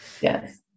Yes